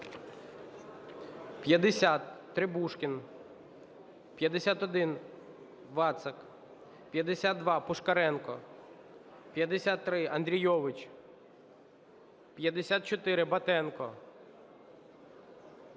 50, Требушкін. 51, Вацак. 52, Пушкаренко. 53, Андрійович. 54, Батенко.